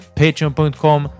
patreon.com